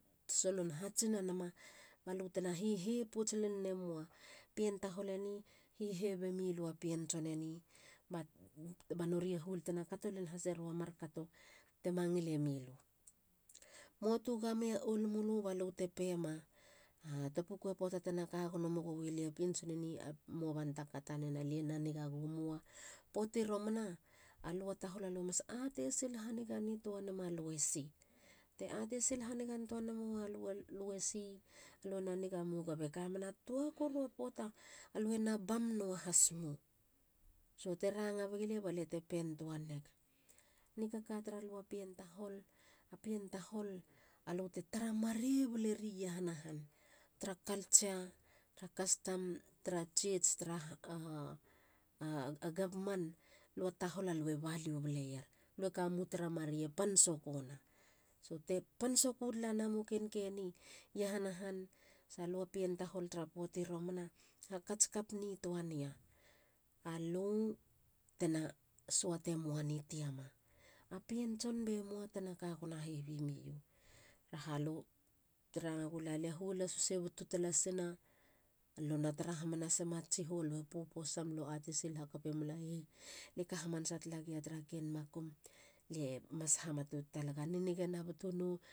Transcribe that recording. Solon hatsinanama. bbalu tena. hihepots lenemoa pien tahol eni. hihe bemilua pien tson e ni. ba nori a huol tena kato len hasero a markato te ma ngilemilu. Muatu gamei a olimulu balte peiema tua puku a poata tena ka gono megowi lia pien tson eni. mua banta ka tanen. alie na niga gou. mua. poati romana. alua tahol alue e mas ateisil haniga nitoanema luesi. Te atesil hanigantoa nemowalu aluesi. lo haniga mo. gube kamena. tua koru a poata. alue na bump nuahasmo. S. te ranga begilia. baliate pentoaneg. nikaka taralu apien tahol. alute tara marei baleri iahana han. tara culture. tara custom. tara church tara ha. a gavman. alua tahol alua value baleier. alue kamemu tara marei u pan sokuna. So. te pan soku talanamo keneni. iahana han. sa lu a pien tahol tara poati romana. hakats kap nituani alu tena suate mo a ni tiama. A pien tson be moa tena ka go hevi meio. tara ha lu te ranga gula lia. huol a sus e butu lasina. lue na tara hamanasema tsiho. lue puposam. lue atesil hakapemula. hey. lia ka hamanasa tala gi tara ken makum. lie mas ha matot talega ni nige na butu no.